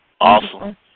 Awesome